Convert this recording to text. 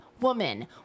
woman